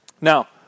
Now